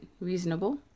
reasonable